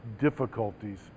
difficulties